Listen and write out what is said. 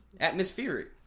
atmospheric